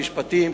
המשפטים,